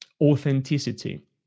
authenticity